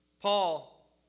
Paul